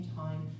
time